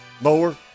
mower